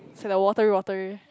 it's like the watery watery